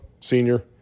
senior